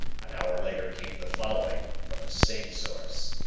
an hour later came the following, from the same source